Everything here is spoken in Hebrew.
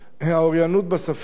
האוריינות בשפה,